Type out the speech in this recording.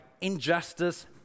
injustice